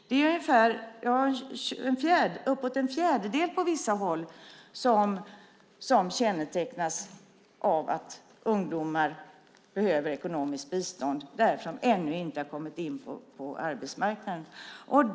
Det är uppåt en fjärdedel på vissa håll som kännetecknas av att ungdomar behöver ekonomiskt bistånd därför att de ännu inte har kommit in på arbetsmarknaden.